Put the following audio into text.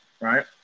Right